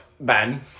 Ben